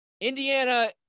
Indiana